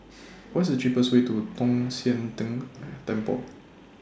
What's The cheapest Way to Tong Sian Tng Temple